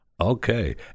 Okay